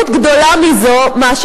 ושוב,